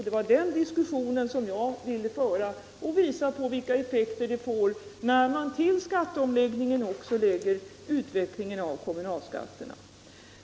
Det var den diskussionen som jag ville föra och visa på vilka effekter det får när man till skatteomläggningen också lägger utvecklingen av kommunalskatten.